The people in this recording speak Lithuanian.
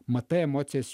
matai emocijas